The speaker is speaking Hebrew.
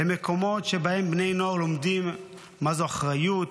הם מקומות שבהם בני נוער לומדים מהן אחריות,